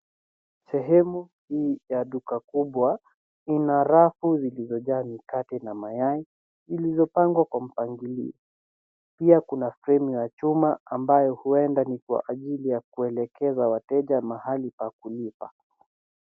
Sehemi hii ya duka kubwa ina rafu zilizojaa mikate na mayai zilizopangwa kwa mpangilio, pia kuna fremu ya chuma ambayo huenda ni kwa ajili ya kuelekeza wateja mahali pa kulipa.